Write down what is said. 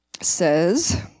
says